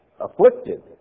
afflicted